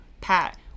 Pat